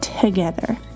together